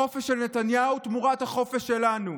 החופש של נתניהו תמורת החופש שלנו.